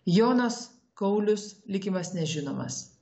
jonas kaulius likimas nežinomas